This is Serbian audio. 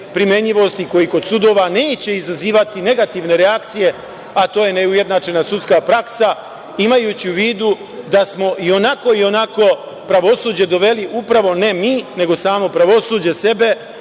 primenjivosti koji kod sudova neće izazivati negativne reakcije, a to je neujednačena sudska praksa, imajući u vidu da smo i onako pravosuđe doveli upravo, ne mi, nego samo pravosuđe sebe,